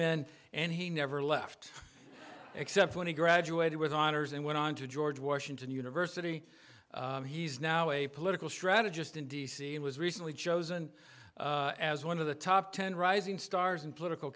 in and he never left except when he graduated with honors and went on to george washington university he's now a political strategist in d c and was recently chosen as one of the top ten rising stars in political